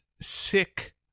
sick